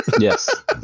yes